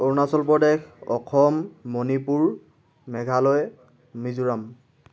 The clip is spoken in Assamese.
অৰুণাচল প্ৰদেশ অসম মণিপুৰ মেঘালয় মিজোৰাম